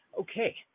Okay